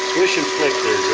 wish and flick